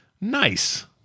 nice